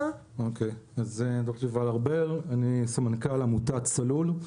ד"ר יובל ארבל, אני סמנכ"ל עמותת "צלול".